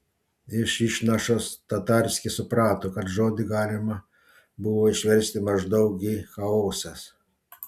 iš išnašos tatarskis suprato kad žodį galima buvo išversti maždaug į chaosas